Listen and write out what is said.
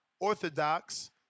orthodox